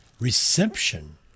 reception